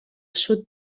sud